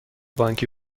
بانکی